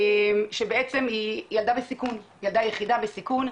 שהיא בעצם ילדה יחידה בסיכון,